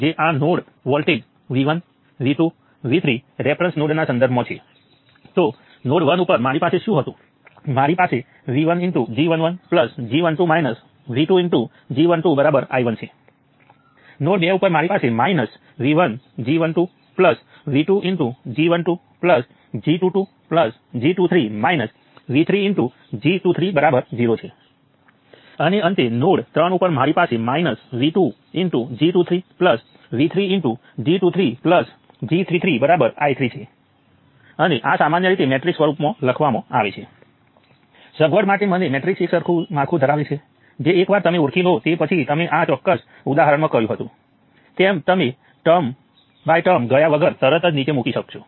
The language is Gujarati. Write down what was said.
તેથી આનો ઈન્વર્જ આ મેટ્રિક્સના ડીટર્મિનન્ટ ઉપર 1 હશે અને 2 બાય 2 મેટ્રિક્સને ઇન્વર્ટ કરવા માટે આપણે આ કરીશું અને આનો એકમ કિલો ઓહ્મ હશે એટલે કે મેં અહીં કોઈ એકમ મૂક્યા નથી પરંતુ તમામ સંખ્યાઓના એકમો કિલો ઓહ્મ હશે તેથી જ હું કિલો ઓહ્મ બહાર મૂકું છું કારણ કે આ દરેક એન્ટ્રીનું એકમ મિલિસિમેન્સ છે તેનો વ્યસ્ત કિલો ઓહ્મ છે અથવા તમે તેને અંદર પણ મૂકી શકો છો